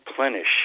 replenish